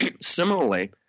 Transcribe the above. similarly